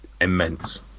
immense